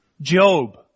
Job